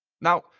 Now